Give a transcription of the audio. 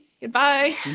goodbye